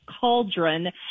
cauldron